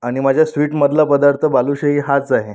आणि माझ्या स्वीटमधला पदार्थ बालुशाही हाच आहे